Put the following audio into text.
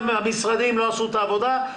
שהמשרדים לא עשו את העבודה שלהם,